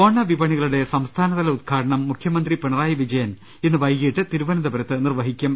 ഓണ വിപണികളുടെ സംസ്ഥാനതല ഉദ്ഘാടനം മുഖ്യമന്ത്രി പിണ റായി വിജയൻ ഇന്ന് വൈകിട്ട് തിരുവനന്തപുരത്ത് നിർവ്വഹിക്കും